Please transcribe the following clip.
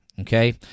okay